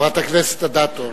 חברת הכנסת אדטו.